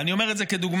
אני אומר את זה כדוגמה,